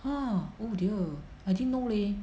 !huh! oh dear I didn't know leh